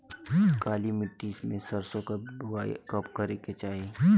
काली मिट्टी में सरसों के बुआई कब करे के चाही?